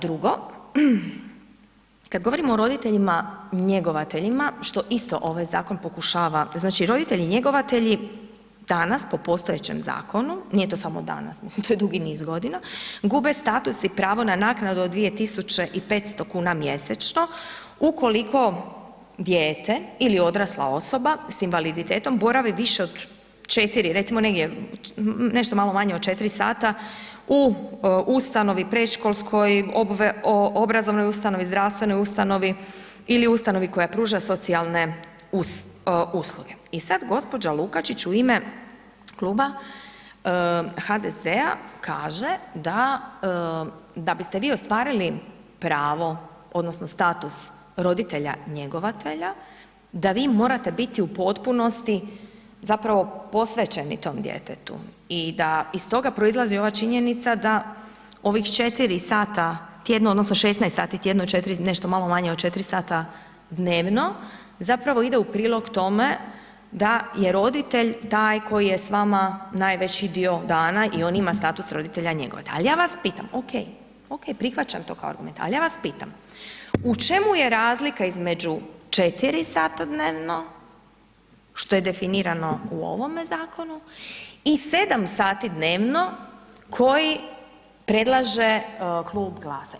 Drugo, kad govorimo o roditeljima njegovateljima, što isto ovaj zakon pokušava, znači roditelji njegovatelji danas po postojećem zakonu, nije to samo danas, to je dugi niz godina, gube status i pravo na naknadu od 2500 mjesečno ukoliko dijete ili odrasla osoba sa invaliditetom boravi više od 4, recimo negdje nešto malo manje od 4 sata u ustanovi predškolskoj, obrazovnoj ustanovi, zdravstvenoj ustanovi ili ustanovi koja pruža socijalne usluge i sad gđa. Lukačić u ime kluba HDZ-a kaže da biste vi ostvarili pravo odnosno roditelja njegovatelja, da vi morate biti u potpunosti zapravo posvećeni tom djetetu i da iz toga proizlazi ova činjenica da ovih 4 sata tjedno odnosno 16 sati tjedno, nešto malo manje od 4 sata dnevno, zapravo ide u prilog tome da je roditelj koji je s vama najveći dio dana i on ima status roditelja njegovatelja ali ja vas pitam, ok, ok, prihvaćam to kao argument, ali ja vas pitam, u čemu je razlika između 4 sata dnevno što je definirano u ovome zakonu i 7 sati dnevno koji predlaže klub GLAS-a?